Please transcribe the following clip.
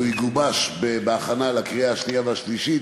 הוא יגובש בהכנה לקריאה השנייה והשלישית,